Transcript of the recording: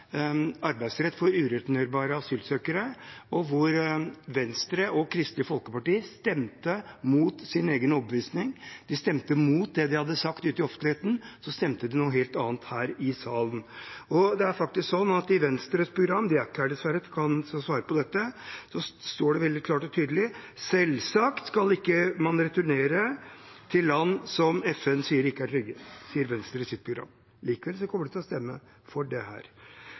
arbeidsrett for ureturnerbare asylsøkere, hvor Venstre og Kristelig Folkeparti stemte mot sin egen overbevisning. De gikk imot det de hadde sagt ute i offentligheten – de stemte noe helt annet her i salen. Det er sånn at i Venstres program – de er dessverre ikke her og kan svare på dette – står det veldig klart og tydelig at de mener at «det er en selvfølge at vi ikke returnerer til land som FN sier at ikke er trygge». Det sier Venstre i sitt program. Likevel kommer de til å stemme for det her.